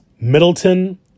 Middleton